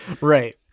Right